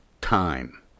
time